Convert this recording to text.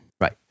Right